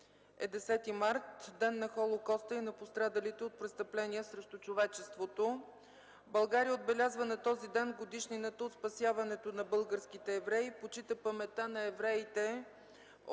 е 10 март – Ден на Холокоста и на пострадалите от престъпления срещу човечеството, България отбелязва на този ден годишнината от спасяването на българските евреи и почитаме паметта на евреите